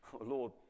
Lord